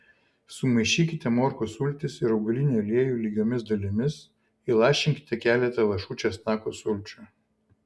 sumaišykite morkų sultis ir augalinį aliejų lygiomis dalimis įlašinkite keletą lašų česnakų sulčių